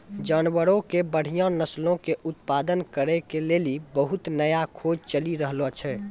जानवरो के बढ़िया नस्लो के उत्पादन करै के लेली बहुते नया खोज चलि रहलो छै